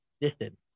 distance